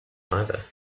either